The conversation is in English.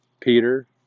peter